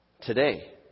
today